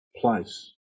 place